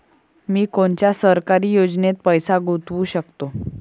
मी कोनच्या सरकारी योजनेत पैसा गुतवू शकतो?